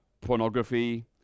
pornography